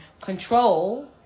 control